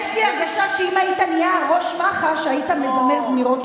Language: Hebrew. יש לי הרגשה שאם היית נהיה ראש מח"ש היית מזמר זמירות אחרות.